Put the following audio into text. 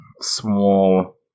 small